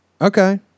Okay